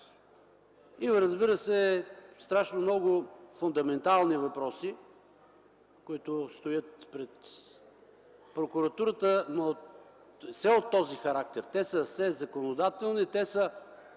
Разбира се, има страшно много фундаментални въпроси, които стоят пред прокуратурата, но все от този характер. Те са все законодателни, те са